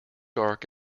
dark